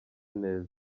neza